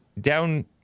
down